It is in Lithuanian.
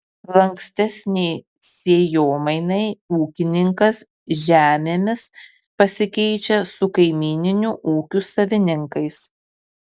lankstesnei sėjomainai ūkininkas žemėmis pasikeičia su kaimyninių ūkių savininkais